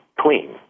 clean